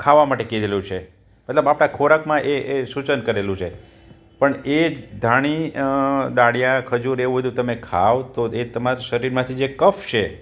ખાવા માટે કીધેલું છે મતલબ આપણા ખોરાકમાં એ એ સૂચન કરેલું છે પણ એ ધાણી દાળિયા ખજૂર એવું બધુ તમે ખાઓ તો એ તમારા શરીરમાંથી જે કફ છે